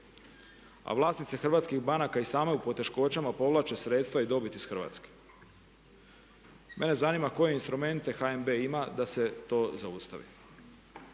a vlasnici hrvatskih banaka i same u poteškoćama povlače sredstva i dobit iz Hrvatske. Mene zanima koje instrumente HNB ima da se to zaustavi.